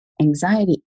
anxiety